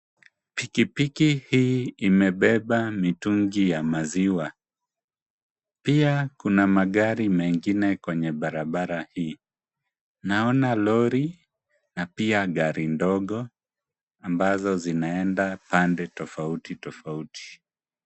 Pikipiki hii imebeba mitungi ya maziwa, pia kuna magari mingine kwenye barabara hii, naona lori na pia gari dogo ambazo zinaenda pande tofauti tofauti.